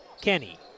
Kenny